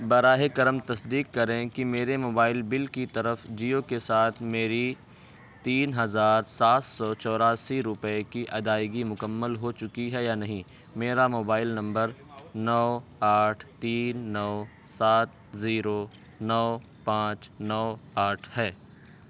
براہ کرم تصدیق کریں کہ میرے موبائل بل کی طرف جیو کے ساتھ میری تین ہزار سات سو چوراسی روپے کی ادائیگی مکمل ہو چکی ہے یا نہیں میرا موبائل نمبر نو آٹھ تین نو سات زیرو نو پانچ نو آٹھ ہے